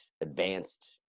advanced